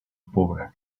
pobre